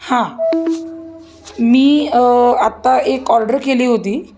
हां मी आत्ता एक ऑर्डर केली होती